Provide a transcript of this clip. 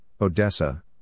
Odessa